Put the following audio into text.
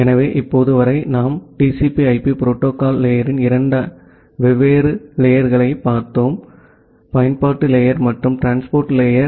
எனவே இப்போது வரை நாம் TCP IP புரோட்டோகால் லேயர்ரின் 2 வெவ்வேறு லேயர் களைப் பார்த்தோம் பயன்பாட்டு லேயர் மற்றும் டிரான்ஸ்போர்ட் லேயர்